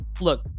Look